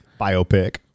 Biopic